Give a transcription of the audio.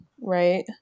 right